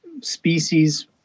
species